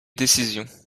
décisions